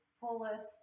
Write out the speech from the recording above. fullest